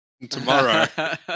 tomorrow